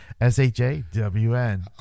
S-H-A-W-N